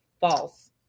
false